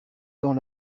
dans